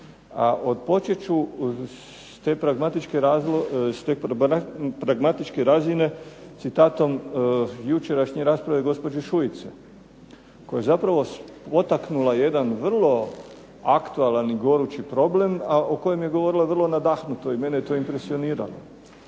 A odpočet ću s te pragmatičke razine citatom jučerašnje rasprave gospođe Šuice, koja je zapravo potaknula jedan vrlo aktualan i gorući problem, a o kojem je govorila vrlo nadahnuto i mene je to impresioniralo.